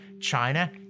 China